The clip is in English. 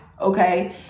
Okay